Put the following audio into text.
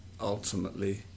ultimately